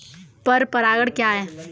पर परागण क्या है?